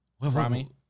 Rami